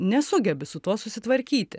nesugebi su tuo susitvarkyti